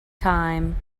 time